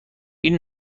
این